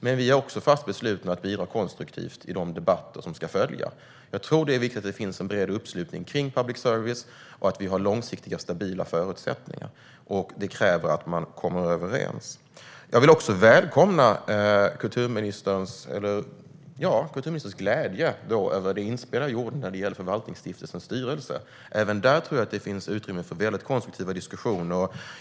Men vi är också fast beslutna att bidra konstruktivt i de debatter som ska följa. Jag tror att det är viktigt att det finns en bred uppslutning kring public service och att vi har långsiktiga och stabila förutsättningar. Det kräver att man kommer överens. Jag vill också välkomna kulturministerns glädje över det inspel jag gjorde när det gäller Förvaltningsstiftelsens styrelse. Även där tror jag att det finns utrymme för väldigt konstruktiva diskussioner.